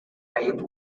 rape